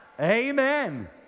Amen